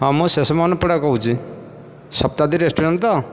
ହଁ ମୁଁ ଶେଷମୋହନ ପରିଡ଼ା କହୁଚି ଶତାବ୍ଦୀ ରେଷ୍ଟୁରାଣ୍ଟ ତ